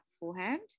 beforehand